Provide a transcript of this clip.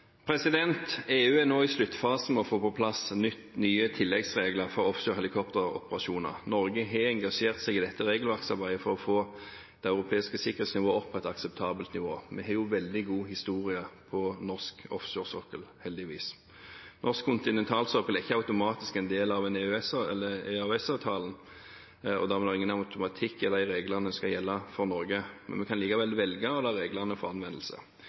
EU er nå i sluttfasen med å få på plass nye tilleggsregler for offshore helikopteroperasjoner. Norge har engasjert seg i dette regelverksarbeidet for å få det europeiske sikkerhetsnivået opp på et akseptabelt nivå. Vi har en veldig god historikk for norsk offshoresokkel, heldigvis. Norsk kontinentalsokkel er ikke automatisk en del av EØS-avtalen. Dermed er det ingen automatikk i at disse reglene skal gjelde for Norge. Vi kan likevel velge å la reglene få anvendelse.